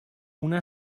una